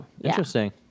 Interesting